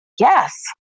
yes